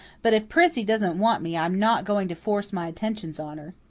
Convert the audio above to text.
but if prissy doesn't want me i'm not going to force my attentions on her.